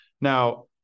Now